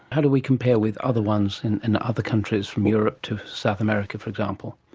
how do we compare with other ones in and other countries, from europe to south america for example?